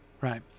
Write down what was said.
right